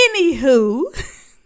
Anywho